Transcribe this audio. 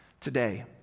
today